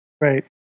right